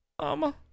Mama